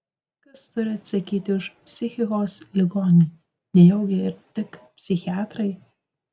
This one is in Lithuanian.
kas turi atsakyti už psichikos ligonį nejaugi tik psichiatrai